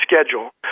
schedule